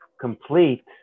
complete